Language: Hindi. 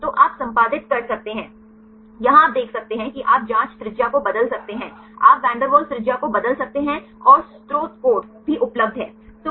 तो आप संपादित कर सकते हैं यहां आप देख सकते हैं कि आप जांच त्रिज्या को बदल सकते हैं आप वैन डेर वाल्स त्रिज्या को बदल सकते हैं और स्रोत कोड भी उपलब्ध है